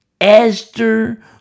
Esther